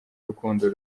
urukundo